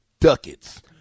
ducats